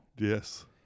Yes